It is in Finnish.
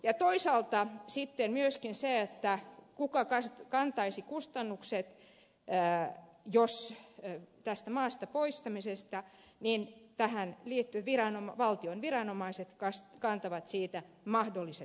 ja toisaalta sitten myöskin se kuka kantaisi kustannukset maasta poistamisesta niin tähän liittyen valtion viranomaiset kantavat mahdolliset kustannukset